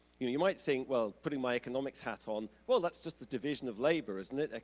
you might think, well, putting my economics hat on, well, that's just a division of labor, isn't it?